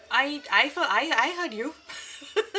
I'd I thought I I heard you